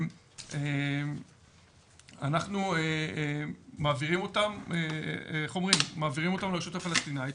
אנחנו מעבירים אותם לרשות הפלסטינית,